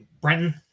Brenton